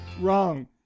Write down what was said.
wrong